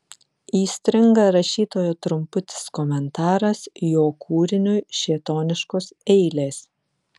įstringa rašytojo trumputis komentaras jo kūriniui šėtoniškos eilės